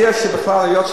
מובילות.